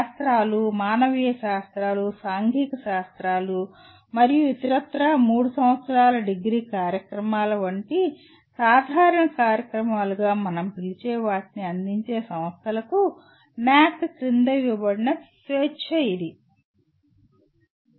శాస్త్రాలు మానవీయ శాస్త్రాలు సాంఘిక శాస్త్రాలు మరియు ఇతరత్రా 3 సంవత్సరాల డిగ్రీ కార్యక్రమాల వంటి సాధారణ కార్యక్రమాలుగా మనం పిలిచే వాటిని అందించే సంస్థలకు NAAC క్రింద ఇవ్వబడిన స్వేచ్ఛ ఇది